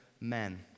men